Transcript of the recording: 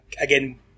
again